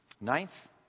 Ninth